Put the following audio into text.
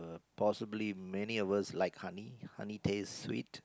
possibly many of us like honey honey tastes sweet